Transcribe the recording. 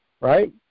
right